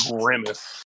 Grimace